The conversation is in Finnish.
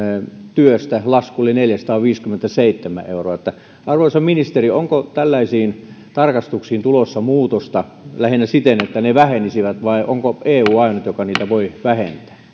työstä lasku oli neljäsataaviisikymmentäseitsemän euroa arvoisa ministeri onko tällaisiin tarkastuksiin tulossa muutosta lähinnä siten että ne vähenisivät vai onko eu ainut joka niitä voi vähentää